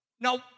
Now